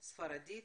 ספרדית,